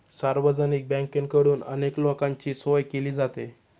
सार्वजनिक बँकेकडून अनेक लोकांची सोय केली जाते